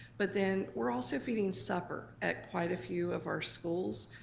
but then we're also feeding supper at quite a few of our schools.